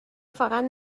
فقط